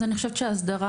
אז אני חושבת שההסדרה,